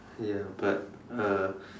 ya but uh